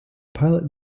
pilot